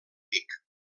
vic